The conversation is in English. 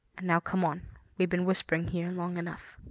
now come on we've been whispering here long enough.